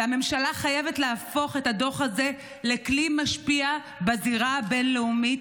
והממשלה חייבת להפוך את הדוח הזה לכלי משפיע בזירה הבין-לאומית,